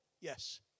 yes